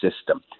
system